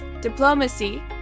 diplomacy